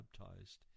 baptized